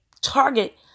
target